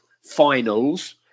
finals